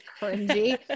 cringy